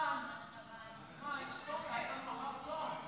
יש מחר צום.